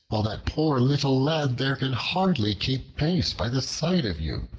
while that poor little lad there can hardly keep pace by the side of you?